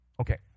Okay